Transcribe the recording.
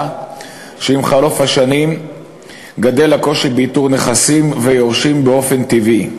שעם חלוף השנים גדל הקושי באיתור נכסים ויורשים באופן טבעי,